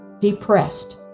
depressed